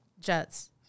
jets